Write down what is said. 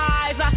eyes